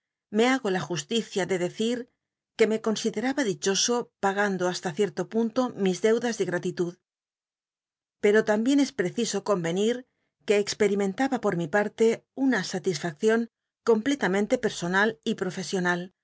me hago la justicia de decir que me consideraba dicho o pagando hasta cicl'lo punto mis deudas de gl'atitud pero tambicn es pcciso comcnir que experimentaba por mi pa rle una sa tisfaccion completamente per sonal y